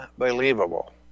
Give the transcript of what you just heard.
unbelievable